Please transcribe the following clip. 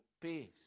peace